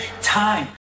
time